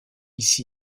ici